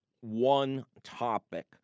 one-topic